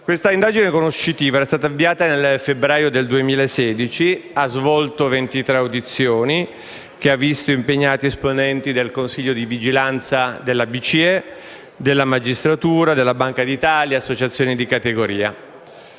Questa indagine conoscitiva è stata avviata nel febbraio 2016 e ha svolto 23 audizioni che hanno visto impegnati esponenti del consiglio di vigilanza della BCE, della magistratura, della Banca d'Italia e di associazioni di categoria.